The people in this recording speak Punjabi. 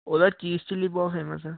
ਉਹਦਾ ਚੀਜ਼ ਚਿਲੀ ਬਹੁਤ ਫੇਮਸ ਆ